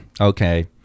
Okay